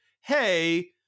hey